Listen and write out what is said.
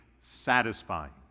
satisfying